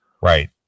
Right